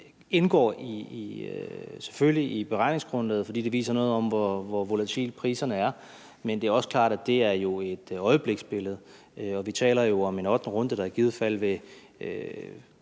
indgår selvfølgelig i beregningsgrundlaget, fordi det viser noget om, hvor volatile priserne er, men det er også klart, at det er et øjebliksbillede. Vi taler jo om en ottende runde, der i givet fald vil